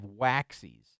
waxies